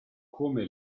come